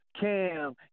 Cam